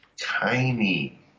tiny